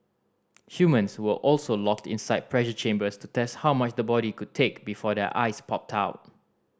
humans were also locked inside pressure chambers to test how much the body could take before their eyes popped out